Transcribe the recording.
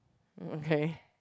okay